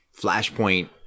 Flashpoint